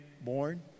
born